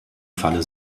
falle